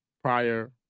prior